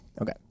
Okay